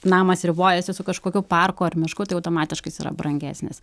namas ribojasi su kažkokiu parku ar mišku tai automatiškai jis yra brangesnis